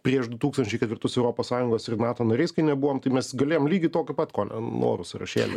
prieš du tūkstančiai ketvirtus europos sąjungos ir nato nariais kai nebuvom tai mes galėjom lygiai tokį pat kone norų sąrašėlį